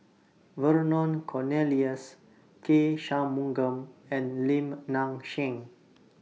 Vernon Cornelius K Shanmugam and Lim Nang Seng